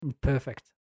Perfect